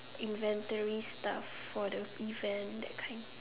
inventory stuff for the event that kind